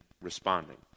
responding